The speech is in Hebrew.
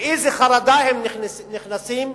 לאיזו חרדה הם נכנסים?